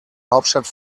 hauptstadt